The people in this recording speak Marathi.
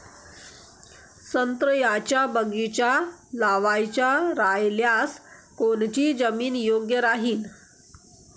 संत्र्याचा बगीचा लावायचा रायल्यास कोनची जमीन योग्य राहीन?